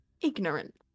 ignorant